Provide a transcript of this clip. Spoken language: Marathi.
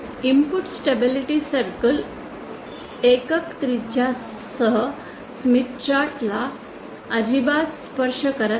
इनपुट स्टेबिलिटी सर्कल एकक त्रिज्यासह स्मिथ चार्ट ला अजिबात स्पर्श करत नाही